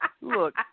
look